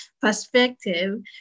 perspective